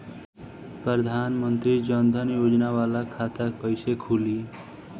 प्रधान मंत्री जन धन योजना वाला खाता कईसे खुली?